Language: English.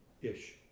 Ish